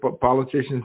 politicians